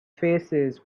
faces